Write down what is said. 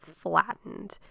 flattened